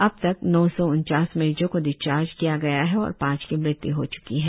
अब तक नौ सौ उनचास मरीजो को डिस्चार्ज किया गया है और पांच की मृत्य् हो चुकी है